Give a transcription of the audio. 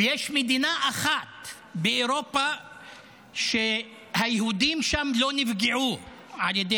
ויש מדינה אחת באירופה שהיהודים בה לא נפגעו על ידי